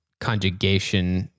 conjugation